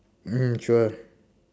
mm sure